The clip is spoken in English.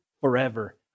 forever